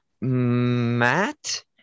matt